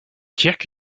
kirk